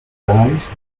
guys